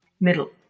middle